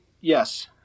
yes